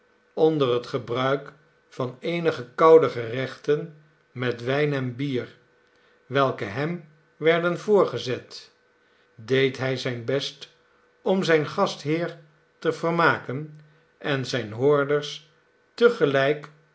onder het gebruik van eenige koude gerechten met wijn en bier welke hem werden voorgezet deed hij zijn best om zijn gastheer te vermaken en zijnen hoorders